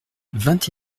vingt